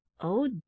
Oh